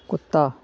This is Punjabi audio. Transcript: ਕੁੱਤਾ